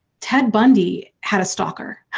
ted bundy had a stalker.